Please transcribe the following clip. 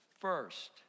first